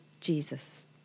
Jesus